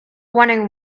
running